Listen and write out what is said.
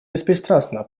беспристрастно